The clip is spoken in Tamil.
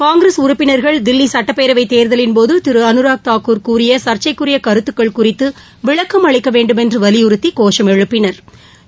காங்கிரஸ் உறுப்பினர்கள் தில்லி சட்டப்பேரவை தேர்தலின்போது திரு அனுராக் தாக்கூர் கூறிய சா்ச்சைக்குரிய கருத்துக்கள் குறித்து விளக்கம் அளிக்க வேண்டுமென்று வலியுறத்தி கோஷம் எழுப்பினா்